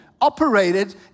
operated